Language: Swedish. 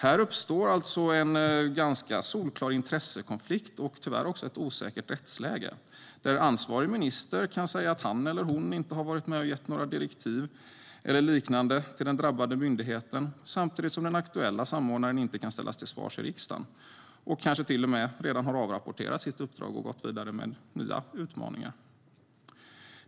Här uppstår alltså en solklar intressekonflikt och ett osäkert rättsläge, där ansvarig minister kan säga att han eller hon inte har varit med och gett några direktiv eller liknande till den drabbade myndigheten, samtidigt som den aktuelle samordnaren inte kan ställas till svars i riksdagen och kanske till och med redan har avrapporterat sitt uppdrag och gått vidare till nya utmaningar.